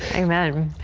amen. well,